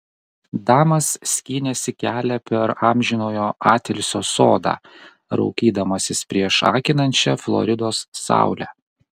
damas skynėsi kelią per amžinojo atilsio sodą raukydamasis prieš akinančią floridos saulę